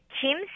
Kim